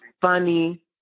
funny